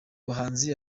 bahanzi